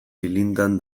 dilindan